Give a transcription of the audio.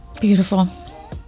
Beautiful